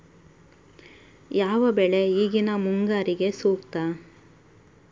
ಯಾವ ಬೆಳೆ ಈಗಿನ ಮುಂಗಾರಿಗೆ ಸೂಕ್ತ?